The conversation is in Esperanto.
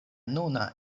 nuna